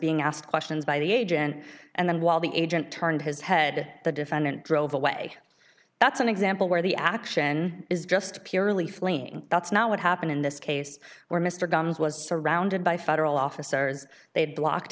being asked questions by the agent and then while the agent turned his head the defendant drove away that's an example where the action is just purely flaying that's not what happened in this case where mr gumbs was surrounded by federal officers they blocked